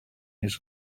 his